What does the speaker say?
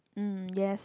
mm yes